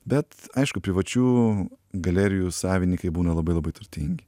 bet aišku privačių galerijų savinykai būna labai labai turtingi